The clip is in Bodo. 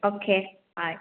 अके बाय